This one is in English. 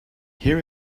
here